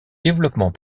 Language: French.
développements